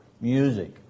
music